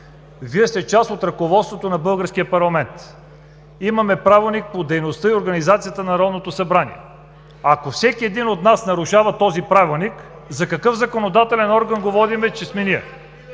Вие сте част от ръководството на българския парламент. Имаме Правилник за организацията и дейността на Народното събрание. Ако всеки един от нас нарушава този Правилник, какъв законодателен орган говорим, че сме ние?